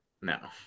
No